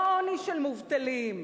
לא עוני של מובטלים,